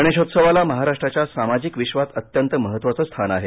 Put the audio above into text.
गणेशोत्सवाला महाराष्ट्राच्या सामाजिक विश्वात अत्यंत महत्त्वायं स्थान आहे